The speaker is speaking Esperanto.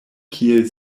kiel